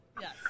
Yes